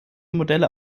modelle